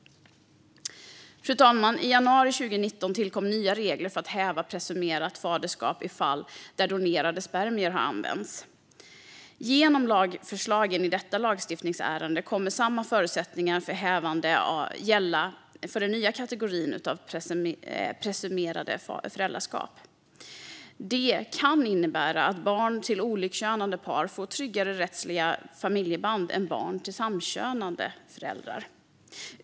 Fru talman! I januari 2019 tillkom nya grunder för att häva ett presumerat faderskap i fall där donerade spermier har använts. Genom lagförslagen i detta lagstiftningsärende kommer samma förutsättningar för hävande att gälla för den nya kategorin av presumerade föräldraskap. Det kan innebära att barn till olikkönade par får tryggare rättsliga familjeband än barn till samkönade föräldrar.